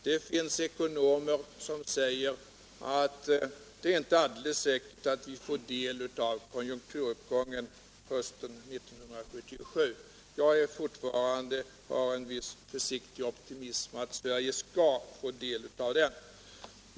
Det finns ekonomer som säger att det inte är alldeles säkert att vi får del av konjunkturuppgången hösten 1977. Jag har fortfarande en försiktig optimism att Sverige skall få del av den.